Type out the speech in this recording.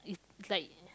it's like